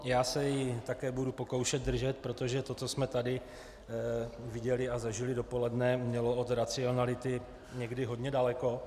Já se jí také budu pokoušet držet, protože to, co jsme tady viděli a zažili dopoledne, mělo od racionality někdy hodně daleko.